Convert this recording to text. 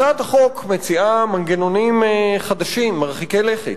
הצעת החוק מציעה מנגנונים חדשים, מרחיקי לכת,